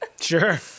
Sure